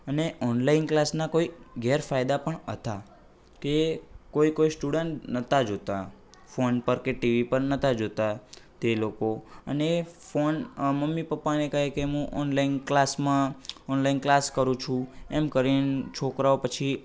અને ઓનલાઈન ક્લાસના કોઈ ગેરફાયદા પણ હતા કે કોઈ કોઈ સ્ટુડન્ટ નહોતા જોતા ફોન પર કે ટીવી પર નતા જોતા તે લોકો અને ફોન મમ્મી પપ્પાને કહે કે મું ઓનલાઈન ક્લાસ માં ઓનલાઈન ક્લાસ કરું છું એમ કરીને છોકરાઓ પછી